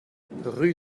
rue